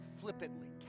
flippantly